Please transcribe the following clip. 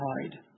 hide